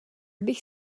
bych